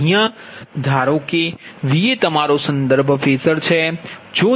અહીયા ધારો કે Va તમારો સંદર્ભ ફેઝર છે